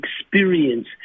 experience